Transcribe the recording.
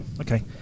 okay